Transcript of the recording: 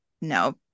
no